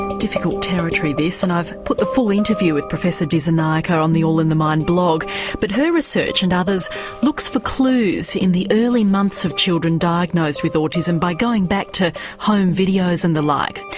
difficult territory, this, and i've put the full interview with professor dissanayake on the all in the mind blog but her research and others looks for clues in the early months of children diagnosed with autism by going back to home videos and the like.